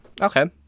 Okay